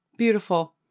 Beautiful